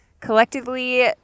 collectively